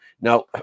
Now